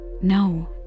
No